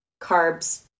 carbs